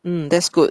mm that's good